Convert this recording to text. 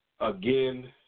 Again